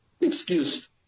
excuse